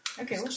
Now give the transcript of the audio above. Okay